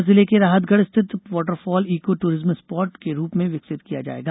सागर जिले के राहतगढ़ स्थित वॉटरफॉल इको टूरिज्म स्पाट के रूप में विकसित किया जायेगा